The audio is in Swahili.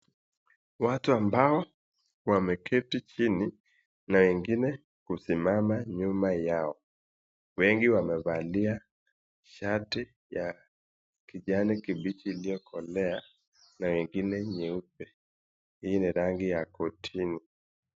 Watu ambao wameketi chini na ingine kusimama nyuma yao. Wengi wamevalia shati ya kijani kibichi iliyokolea na ingine nyeupe. Hii ni rangi ya kotini.